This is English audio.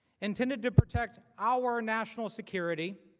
intended to protect our national security,